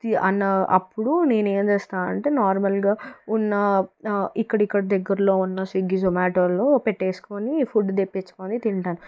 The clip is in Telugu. అన్న అప్పుడు నేనేం చేస్తానంటే నార్మల్గా ఉన్న ఇక్కడిక్కడ దగ్గరలో ఉన్న స్విగ్గీ జొమాటోలో పెట్టేసుకొని ఫుడ్ తెప్పించుకొని తింటాను